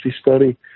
study